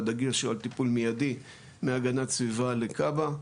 והדגש הוא על טיפול מידי מהגנת סביבה לכב"ה.